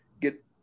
get